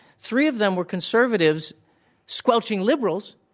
three of them were conservatives squelching liberals.